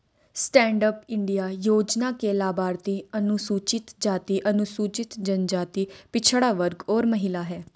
stand up India योजना के लाभार्थी अनुसूचित जाति, अनुसूचित जनजाति, पिछड़ा वर्ग और महिला है